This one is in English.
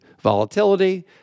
volatility